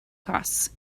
costs